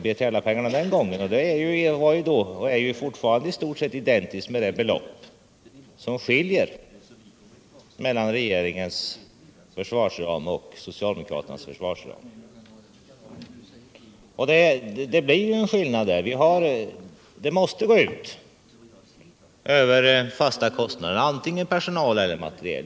Det beloppet var och är i stort sett fortfarande identiskt med skillnaden mellan regeringens och socialdemokraternas försvarsramar. Det blir en skillnad mellan dessa, och vi kommer inte ifrån att det måste gå ut över de fasta kostnaderna antingen för personal eller för materiel.